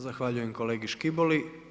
Zahvaljujem kolegi Škiboli.